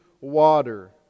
water